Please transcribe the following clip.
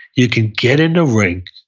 you can get in the ring.